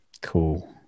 Cool